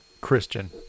Christian